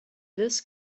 this